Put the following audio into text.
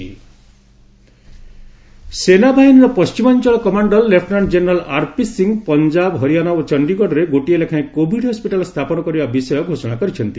ସେନା COVID hospital ସେନାବାହିନୀର ପଶ୍ଚିମାଞ୍ଚଳ commander lieutenant general R P Singh Punjab Haryana ଓ ଚଣ୍ଡୀଗଡ଼ରେ ଗୋଟିଏ ଲେଖାଏଁ କୋଭିଡ ହସ୍କିଟାଲ ସ୍ଥାପନ କରିବା ବିଷୟ ଘୋଷଣା କରିଛନ୍ତି